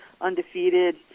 undefeated